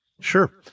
Sure